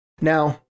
Now